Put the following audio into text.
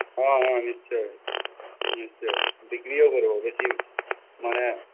হ্যাঁ হ্যাঁ নিশ্চই নিশ্চই বিক্রিও করব বেশি মানে